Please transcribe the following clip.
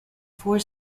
four